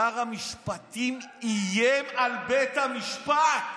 שר המשפטים איים על בית המשפט.